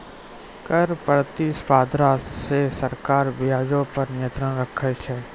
कर प्रतिस्पर्धा से सरकार बजारो पे नियंत्रण राखै छै